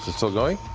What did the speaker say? still going?